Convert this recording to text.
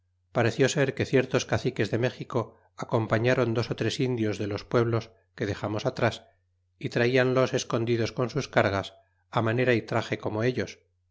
pareció ser que ciertos caciques de méxico apariáron dos ó tres indios de los pueblos que dexamos atras y traianlos escondidos con sus cargas manera y trage como ellos